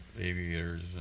aviators